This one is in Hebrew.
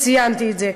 וציינתי את זה.